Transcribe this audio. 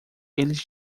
eles